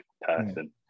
person